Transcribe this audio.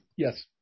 Yes